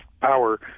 power